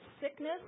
sickness